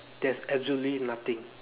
there is absolutely nothing